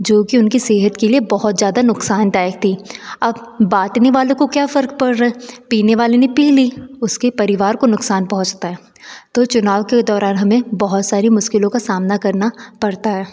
जो कि उनके सेहत के लिए बहुत ज़्यादा नुकसानदायक थी अब बांटने वालों को क्या फ़र्क पड़ रहा है पीने वाले ने पी ली उसके परिवार को नुकसान पहुँचता है तो चुनाव के दौरान हमें बहुत सारी मुश्किलों का सामना करना पड़ता है